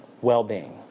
well-being